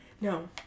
No